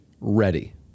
ready